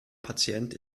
patient